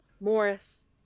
Morris